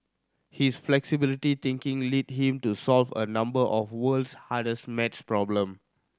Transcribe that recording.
his flexibility thinking led him to solve a number of the world's hardest maths problem